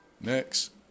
next